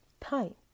time